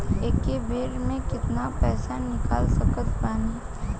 एक बेर मे केतना पैसा निकाल सकत बानी?